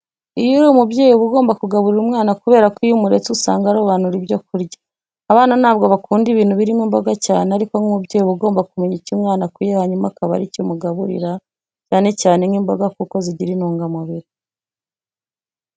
Iyo uri umubyeyi uba ugomba kugaburira umwana kubera ko iyo umuretse usanga arobanura ibyo kurya. Abana ntabwo bakunda ibintu birimo imboga cyane ariko nk'umubyeyi uba ugomba kumenya icyo umwana akwiye hanyuma ukaba ari cyo umugaburira, cyane cyane nk'imboga kuko zigira intungamubiri.